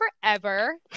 forever